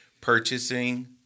purchasing